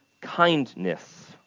kindness